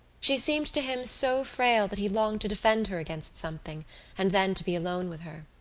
she seemed to him so frail that he longed to defend her against something and then to be alone with her.